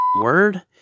word